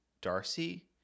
Darcy